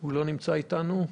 הוא נמצא איתנו?